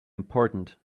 important